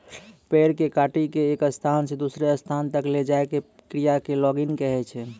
पेड़ कॅ काटिकॅ एक स्थान स दूसरो स्थान तक लै जाय के क्रिया कॅ लॉगिंग कहै छै